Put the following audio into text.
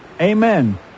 Amen